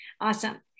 Awesome